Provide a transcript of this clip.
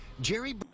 jerry